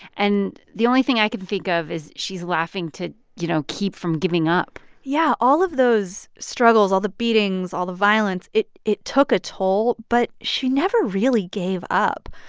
and the only thing i can think of is she's laughing to, you know, keep from giving up yeah. all of those struggles, all the beatings, all the violence, it it took a toll. but she never really gave up.